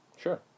Sure